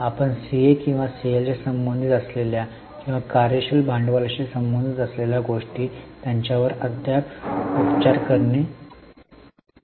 आपण सीए किंवा सीएलशी संबंधित असलेल्या किंवा कार्यशील भांडवलाशी संबंधित असलेल्या गोष्टी त्यांच्यावर अद्याप उपचार करणे बाकी आहे